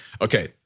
Okay